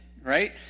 right